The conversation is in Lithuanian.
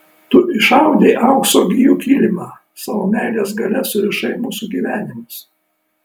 tu išaudei aukso gijų kilimą savo meilės galia surišai mūsų gyvenimus